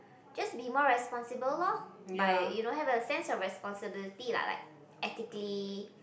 just be more responsible loh by you know have a sense of responsibility like like ethically